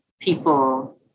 people